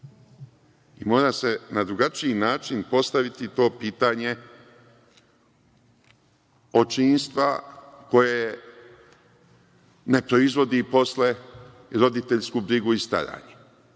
i mora se na drugačiji način postaviti to pitanje očinstva koje ne proizvodi posle roditeljsku brigu i staranje,